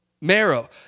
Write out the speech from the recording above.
marrow